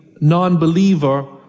non-believer